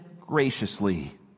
graciously